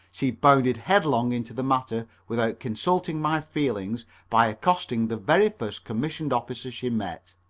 she bounded headlong into the matter without consulting my feelings by accosting the very first commissioned officer she met.